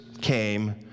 came